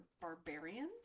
barbarians